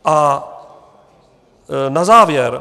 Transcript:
A na závěr.